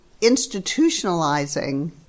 institutionalizing